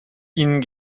ihnen